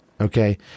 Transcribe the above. Okay